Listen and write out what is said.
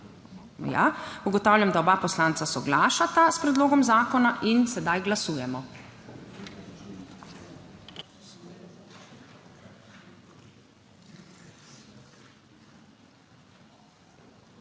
za. Ugotavljam, da oba poslanca soglašata s predlogom zakona. Glasujemo.